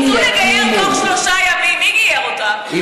מי גייר את רות בלוי?